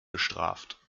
bestraft